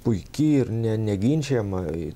puiki ir ne neginčijama